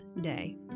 Day